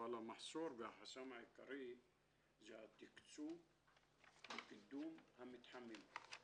אבל המחסום והחסם העיקרי זה התקצוב בקידום המתחמים.